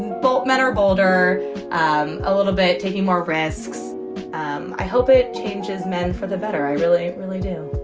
both men are bolder um a little bit, taking more risks um i hope it changes men for the better i really, really do